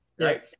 Right